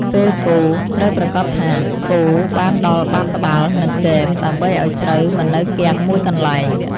ពេលកូរ ត្រូវប្រាកដថាកូរបានដល់បាតត្បាល់ និងគែម ដើម្បីឱ្យស្រូវមិននៅគាំងមួយកន្លែង។